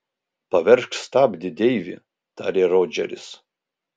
paveržk stabdį deivi tarė rodžeris